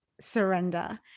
surrender